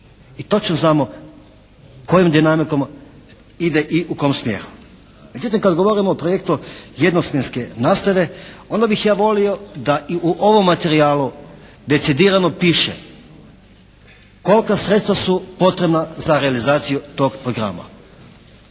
I točno znamo kojom dinamikom ide i u kom smjeru. Međutim kad govorimo o projektu jednosmjenske nastave onda bi ja volio da i u ovom materijalu decidirano piše kolika sredstva su potrebna za realizaciju tog programa.